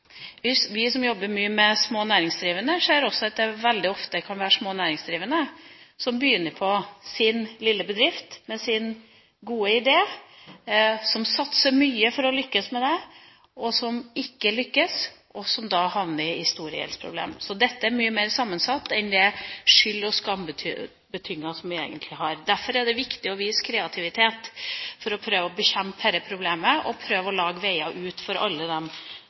Vi som jobber mye med små næringsdrivende, ser også veldig ofte at de kan begynne sin lille bedrift med sin gode idé. De satser mye for å lykkes med det, og lykkes ikke, og havner da i store gjeldsproblemer. Så dette er mye mer sammensatt – ikke bare skyld og skam. Derfor er det viktig å vise kreativitet for å prøve å bekjempe dette problemet og prøve å lage veier ut for alle dem